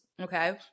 okay